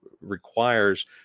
requires